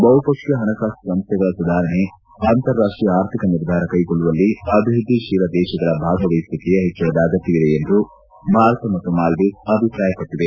ಬಹುಪಕ್ಷೀಯ ಹಣಕಾಸು ಸಂಸ್ವೆಗಳ ಸುಧಾರಣೆ ಅಂತಾರಾಷ್ಷೀಯ ಆರ್ಥಿಕ ನಿರ್ಧಾರ ಕೈಗೊಳ್ಳುವಲ್ಲಿ ಅಭಿವೃದ್ವಿತೀಲ ದೇಶಗಳ ಭಾಗವಹಿಸುವಿಕೆಯ ಹೆಚ್ಚಳದ ಅಗತ್ತವಿದೆ ಎಂದು ಭಾರತ ಮತ್ತು ಮಾಲ್ವೀವ್ಗ್ ಅಭಿಪ್ರಾಯಪಟ್ಟವೆ